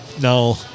No